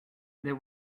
there